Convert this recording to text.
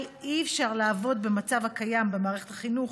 אבל אי-אפשר, לעבוד במצב הקיים במערכת החינוך,